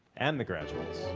and the graduates.